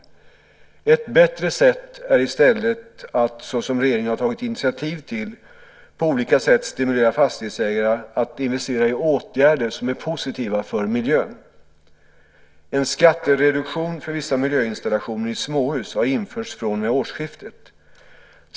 Ett bättre sätt är i stället att, såsom regeringen har tagit initiativ till, på olika sätt stimulera fastighetsägare att investera i åtgärder som är positiva för miljön. En skattereduktion för vissa miljöinstallationer i småhus har införts från och med årsskiftet.